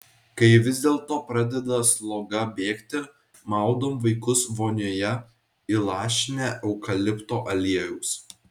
kai vis dėlto pradeda sloga bėgti maudom vaikus vonioje įlašinę eukalipto aliejaus